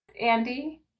Andy